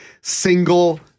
single